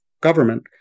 government